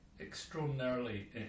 extraordinarily